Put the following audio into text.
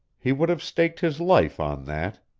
he would have staked his life on that.